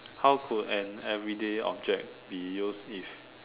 how could an everyday object be used if